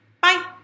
bye